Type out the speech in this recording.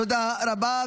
תודה רבה.